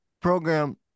program